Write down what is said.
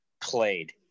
played